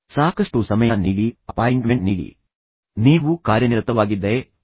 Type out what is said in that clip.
ಸಾಕಷ್ಟು ಸಮಯ ನೀಡಿ ಅಪಾಯಿಂಟ್ಮೆಂಟ್ ನೀಡಿ ತದನಂತರ ನೀವು ಕಾರ್ಯನಿರತವಾಗಿದ್ದರೆ ಅಪಾಯಿಂಟ್ಮೆಂಟ್ ನೀಡಬೇಡಿ